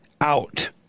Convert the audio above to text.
out